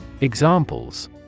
Examples